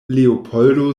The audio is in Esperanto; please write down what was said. leopoldo